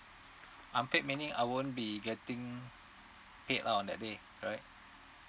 unpaid meaning I won't be getting paid lah that day right